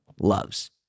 loves